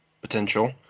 potential